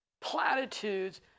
platitudes